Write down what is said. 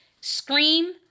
Scream